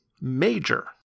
major